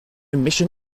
mission